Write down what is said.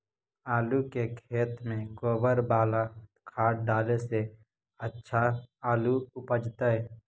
आलु के खेत में गोबर बाला खाद डाले से अच्छा आलु उपजतै?